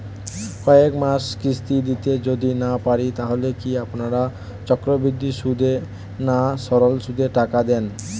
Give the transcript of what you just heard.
কয়েক মাস কিস্তি দিতে যদি না পারি তাহলে কি আপনারা চক্রবৃদ্ধি সুদে না সরল সুদে টাকা দেন?